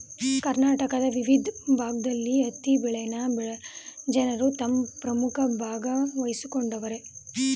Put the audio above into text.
ಕರ್ನಾಟಕದ ವಿವಿದ್ ಭಾಗ್ದಲ್ಲಿ ಹತ್ತಿ ಬೆಳೆನ ಜನರು ತಮ್ ಪ್ರಮುಖ ಭಾಗವಾಗ್ಸಿಕೊಂಡವರೆ